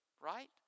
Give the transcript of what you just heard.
right